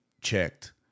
checked